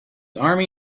army